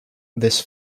this